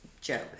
Joe